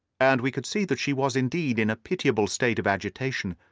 and we could see that she was indeed in a pitiable state of agitation,